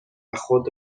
خود